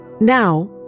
Now